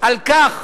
על כך